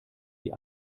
die